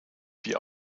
wir